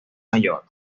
mayor